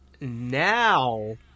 now